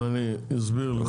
אבל אני אסביר לך.